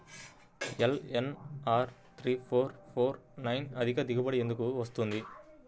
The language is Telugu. LNR three four four four nine అధిక దిగుబడి ఎందుకు వస్తుంది?